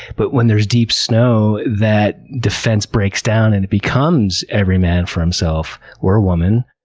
but when there's deep snow, that defense breaks down and it becomes every man for himself. or woman.